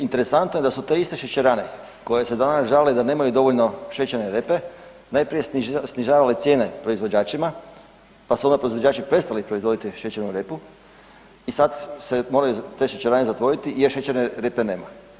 Interesantno je da su te iste šećerane koje se danas žale da nemaju dovoljno šećerne repe, najprije snižavale cijene proizvođačima pa su onda proizvođači prestali proizvoditi šećernu repu i sad se moraju te šećerane zatvoriti jer šećerne repe nema.